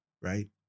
right